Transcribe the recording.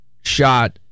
shot